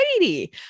Lady